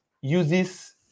uses